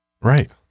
Right